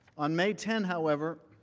on may ten however,